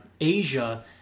Asia